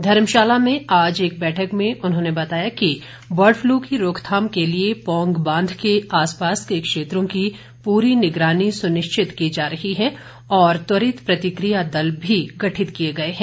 धर्मशाला में आज एक बैठक में उन्होंने बताया कि बर्ड पलू की रोकथाम के लिए पौंग बांध के आसपास के क्षेत्रों की पूरी निगरानी सुनिश्चित की जा रही है और त्वरित प्रतिक्रिया दल भी गठित किए गए हैं